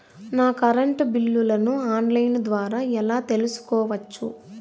నా కరెంటు బిల్లులను online ద్వారా ఎలా తెలుసుకోవచ్చు?